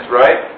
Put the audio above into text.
right